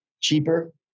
cheaper